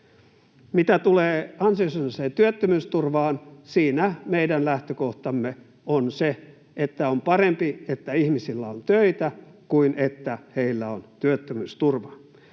Mitä tulee ansiosidonnaiseen työttömyysturvaan, siinä meidän lähtökohtamme on se, että on parempi, että ihmisillä on töitä kuin että heillä on työttömyysturvaa.